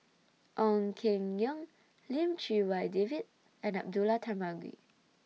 Ong Keng Yong Lim Chee Wai David and Abdullah Tarmugi